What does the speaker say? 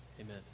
Amen